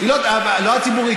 לא הציבורית,